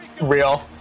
Real